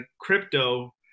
Crypto